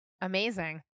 Amazing